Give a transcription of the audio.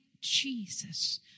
Jesus